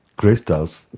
grace does,